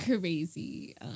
Crazy